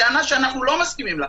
טענה שאנחנו לא מסכימים לה.